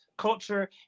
culture